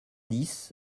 dix